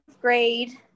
grade